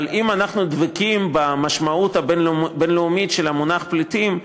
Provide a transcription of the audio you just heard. אבל אם אנחנו דבקים במשמעות הבין-לאומית של המונח "פליטים",